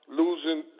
losing